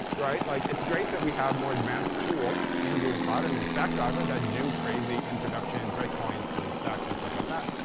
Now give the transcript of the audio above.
right? like, it's great that we have more advanced tools in google cloud and in stackdriver that do crazy in-production and breakpoints and stacks and stuff like that.